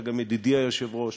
אתה גם ידידי היושב-ראש,